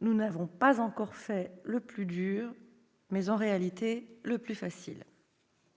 Nous n'avons pas encore fait le plus dur ; en réalité, seul le plus facile